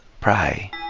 pray